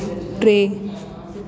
टे